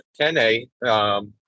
10A